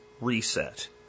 Reset